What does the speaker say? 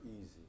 easy